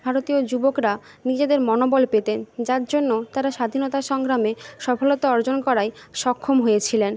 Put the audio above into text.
ভারতীয় যুবকরা নিজেদের মনোবল পেতেন যার জন্য তারা স্বাধীনতা সংগ্রামে সফলতা অর্জন করায় সক্ষম হয়েছিলেন